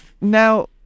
Now